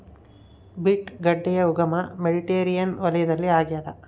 beet ಗಡ್ಡೆಯ ಉಗಮ Mediterranean ವಲಯದಲ್ಲಿ ಆಗ್ಯಾದ